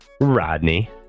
rodney